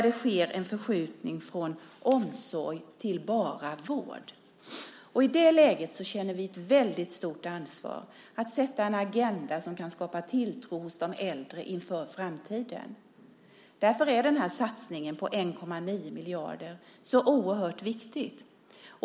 Det sker en förskjutning från omsorg till bara vård. I det läget känner vi ett väldigt stort ansvar att sätta en agenda som kan skapa tilltro hos de äldre inför framtiden. Därför är satsningen på 1,9 miljarder så oerhört viktig.